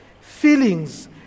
feelings